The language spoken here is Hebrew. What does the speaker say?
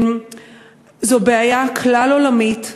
זו בעיה כלל-עולמית,